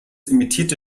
emittierte